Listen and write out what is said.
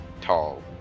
tall